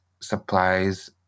supplies